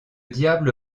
diable